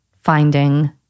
finding